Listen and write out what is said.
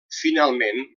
finalment